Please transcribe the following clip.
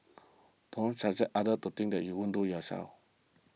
don't subject others to things that you wouldn't do yourself